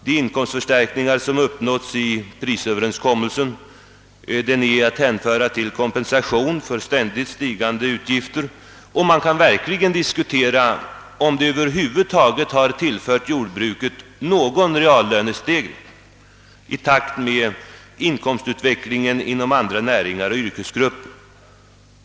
De inkomstförstärkningar som uppnåtts i prisöverenskommelsen bör räknas som kompensation för ständigt stigande utgifter, och man kan verkligen diskutera om de över huvud taget har tillfört jordbruket någon reallönestegring i takt med inkomstutvecklingen inom andra näringar och yrkesgrupper.